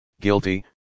guilty